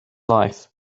life